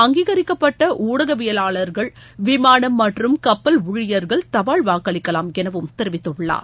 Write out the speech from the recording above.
அங்கீகரிக்கப்பட்ட ஊடகவியலாளர்கள் விமானம் மற்றும் கப்பல் ஊழியர்கள் தபால் வாக்களிக்கலாம் என தெரிவித்துள்ளார்